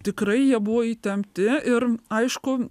tikrai jie buvo įtempti ir aišku